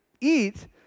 eat